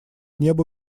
небу